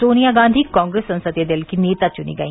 सोनिया गांधी कांग्रेस संसदीय दल की नेता चुनी गई